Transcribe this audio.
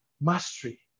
mastery